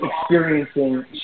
experiencing